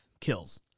kills